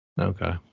Okay